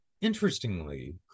Interestingly